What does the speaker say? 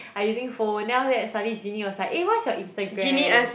I using phone then after that suddenly Genie was like eh what's your Instagram